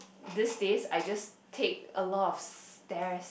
these days I just take a lot of stairs